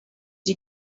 you